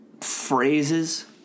Phrases